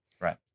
Right